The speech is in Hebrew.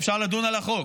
אפשר לדון על החוק.